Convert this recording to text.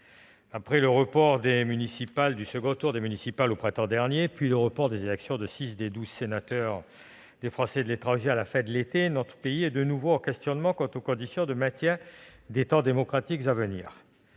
Après le report du second tour des municipales au printemps dernier, puis le report de l'élection de six des douze sénateurs représentant les Français de l'étranger à la fin de l'été, notre pays est de nouveau en questionnement quant aux conditions de maintien des temps démocratiques à venir.